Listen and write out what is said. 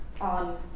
on